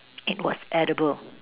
it was edible